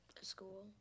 School